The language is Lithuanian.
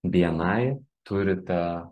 bni turite